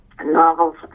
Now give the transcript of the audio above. novels